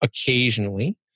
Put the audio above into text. occasionally